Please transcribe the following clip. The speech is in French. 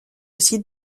site